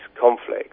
conflicts